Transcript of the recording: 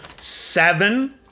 seven